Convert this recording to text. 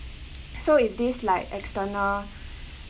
so if this like external